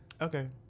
Okay